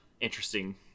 interesting